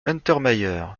untermaier